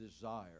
desire